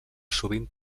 sovint